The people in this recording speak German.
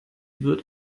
wird